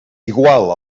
igual